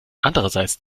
andererseits